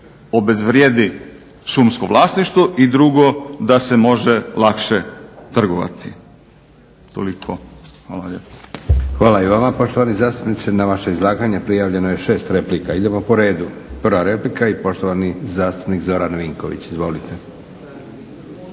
obezvrijedi šumsko vlasništvo i drugo da se može lakše trgovati. Toliko. Hvala lijepo. **Leko, Josip (SDP)** Hvala i vama poštovani zastupniče. Na vaše izlaganje prijavljeno je 6 replika. Idemo po redu, prva replika i poštovani zastupnik Zoran Vinković. Izvolite.